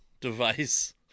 device